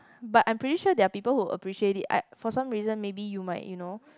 but I am pretty sure there are people who appreciate it I for some reason maybe you might you know